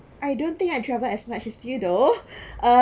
I don't think I travel as much as you though uh